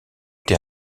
été